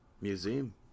museum